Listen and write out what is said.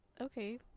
Okay